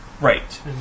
Right